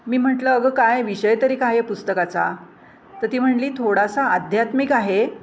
मी म्हटलं अगं काय विषय तरी काय आहे पुस्तकाचा तर ती म्हणाली थोडासा आध्यात्मिक आहे